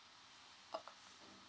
oh